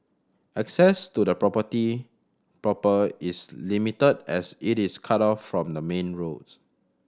access to the property proper is limited as it is cut off from the main roads